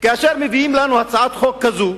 כאשר מביאים לנו הצעת חוק כזו,